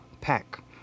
Pack